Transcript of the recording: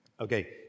Okay